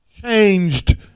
changed